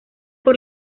por